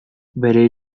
bere